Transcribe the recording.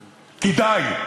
כדאי.